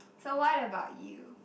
so what about you